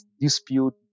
dispute